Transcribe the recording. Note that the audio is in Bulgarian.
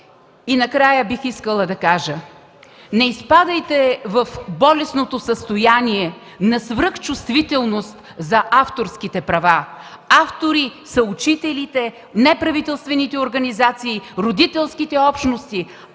Накрая бих искала да кажа: не изпадайте в болестното състояние на свръхчувствителност за авторските права! Автори са учителите, неправителствените организации, родителските общности.